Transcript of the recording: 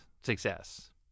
success